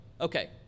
okay